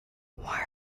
why